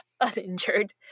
uninjured